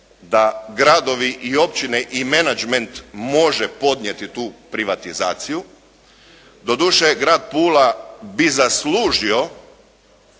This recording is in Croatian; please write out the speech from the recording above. da gradovi i općine i menadžment može podnijeti tu privatizaciju. Doduše grad Pula bi zaslužio